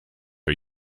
are